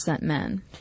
men